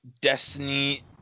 Destiny